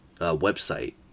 website